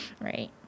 Right